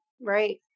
Right